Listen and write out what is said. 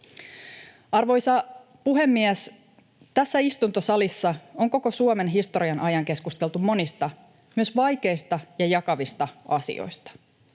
Arvoisa puhemies! Tässä istuntosalissa on koko Suomen historian ajan keskusteltu monista — myös vaikeista ja jakavista — asioista.